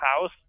House